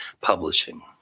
publishing